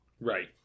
right